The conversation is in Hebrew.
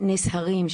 בנס הרים,